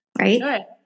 right